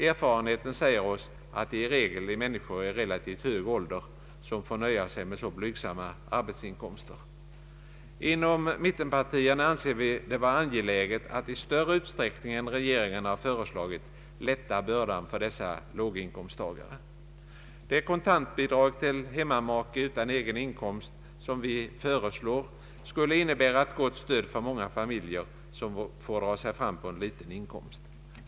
Erfarenheten säger oss att det i regel är människor i relativt hög ålder som får nöja sig med så blygsamma arbetsinkomster. Inom mittenpartierna anser vi det vara angeläget att i större utsträckning än vad regeringen har föreslagit lätta bördan för dessa låginkomsttagare. Det kontantbidrag till hemmamake utan egen inkomst som vi föreslår skulle innebära ett gott stöd för många familjer som får dra sig fram på en liten inkomst.